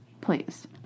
Please